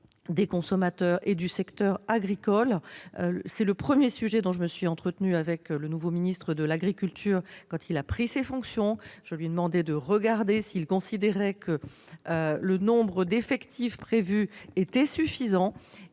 des consommateurs et du secteur agricole. C'est le premier sujet dont je me suis entretenu avec le nouveau ministre de l'agriculture lorsqu'il a pris ses fonctions. Je lui ai demandé s'il considérait que les effectifs prévus étaient suffisants.